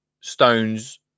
stones